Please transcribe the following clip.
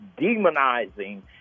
demonizing